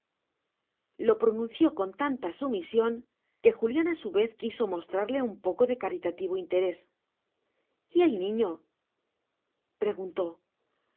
lo pronunció con tanta sumisión que julián a su vez quiso mostrarle un poco de caritativo interés y el niño